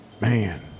Man